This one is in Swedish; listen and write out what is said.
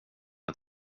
att